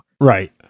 Right